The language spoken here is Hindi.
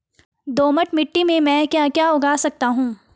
दोमट मिट्टी में म ैं क्या क्या उगा सकता हूँ?